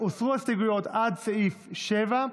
הוסרו ההסתייגויות עד סעיף 7,